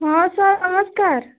ହଁ ସାର୍ ନମସ୍କାର